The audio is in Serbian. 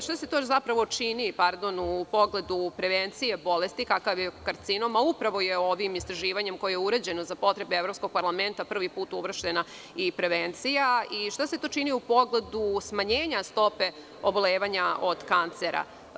Šta se to zapravo čini u pogledu prevencije bolesti kakav je karcinom, a upravo je ovim istraživanjem koje je urađeno za potrebe Evropskog parlamenta prvi put uvrštena i prevencija, i šta se to čini u pogledu smanjenja stope obolevanja od kancera?